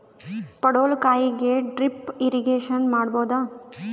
ಪಡವಲಕಾಯಿಗೆ drip irrigation ಮಾಡಬೋದ?